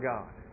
God